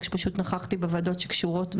שפשוט נכחתי בוועדות שקשורות להטרדות.